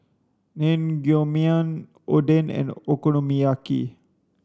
Naengmyeon Oden and Okonomiyaki